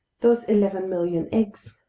those eleven million eggs.